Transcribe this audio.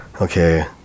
okay